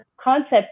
concept